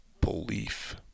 belief